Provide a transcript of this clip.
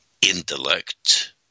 intellect